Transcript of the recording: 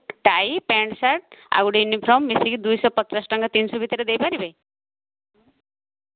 tie pant shirt ଆଉଗୋଟେ uniform ମିଶିକି ଦୁଇଶହ ପଚାଶ ଟଙ୍କା ତିନଶହ ଭିତରେ ଦେଇପାରିବେ